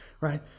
right